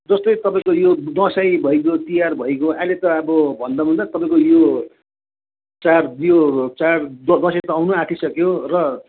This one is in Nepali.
जस्तै तपाईँको यो दसैँ भइगयो तिहार भइगयो अहिले त अब भन्दा भन्दा तपाईँको यो चाड यो चाड दसैँ त आउनु आटिसक्यो र